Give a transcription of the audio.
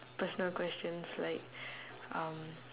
personal questions like um